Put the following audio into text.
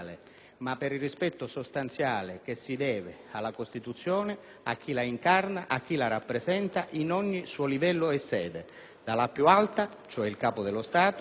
ma per il rispetto sostanziale che si deve alla Costituzione, a chi la incarna, a chi la rappresenta in ogni suo livello e sede, dalla più alta, cioè il Capo dello Stato,